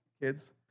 kids